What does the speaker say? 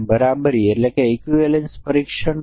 આ સવાલનો જવાબ આપવા માટે આપણને ખરેખર 5 ટેસ્ટ કેસની જરૂર છે